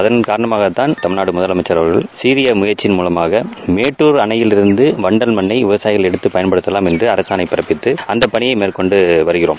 அதன் காரணமாகத்தான் தமிழ்நாடுமுதலமைச்சர் அவர்கள் சீறியமுயற்சிகள் காரணமாகமேட்டூர் அணைவண்டல் மண்ணைவிவசாயிகள் எடுத்துபயன்படுத்தலாம் என்று அரசாணை பிறப்பித்து அந்தபணியை மேற்கொண்டுவருகிறோம்